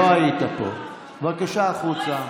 בבקשה החוצה.